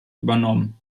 übernommen